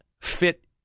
fit